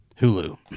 Hulu